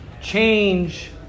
change